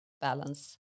balance